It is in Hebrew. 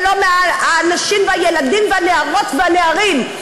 ולא מהנשים והילדים ומהנערות והנערים.